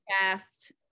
fast